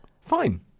Fine